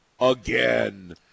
again